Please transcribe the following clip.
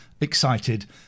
excited